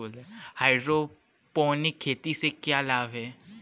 Hydroponic खेती से क्या लाभ हैं?